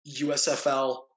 USFL